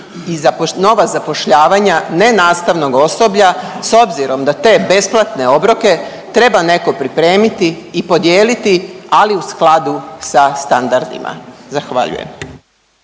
i nova zapošljavanja nenastavnog osoblja s obzirom da te besplatne obroke treba netko pripremiti i podijeliti ali u skladu sa standardima. Zahvaljujem.